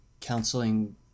counseling